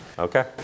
Okay